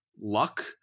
luck